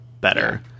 better